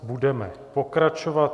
Budeme pokračovat.